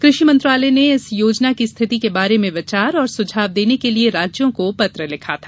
कृषि मंत्रालय ने इस योजना की स्थिति के बारे में विचार और सुझाव देने के लिए राज्यों को पत्र लिखा था